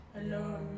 alone